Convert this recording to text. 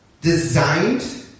designed